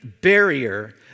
barrier